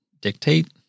dictate